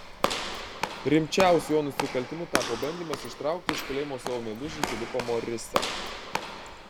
rimčiausiu jo nusikaltimu tapo bandymas ištraukti iš kalėjimo savo meilužį filipą morisą